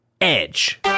Edge